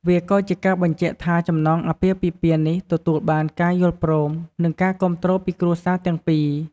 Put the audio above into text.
វាក៏ជាការបញ្ជាក់ថាចំណងអាពាហ៍ពិពាហ៍នេះទទួលបានការយល់ព្រម និងការគាំទ្រពីគ្រួសារទាំងពីរ។